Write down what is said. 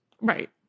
Right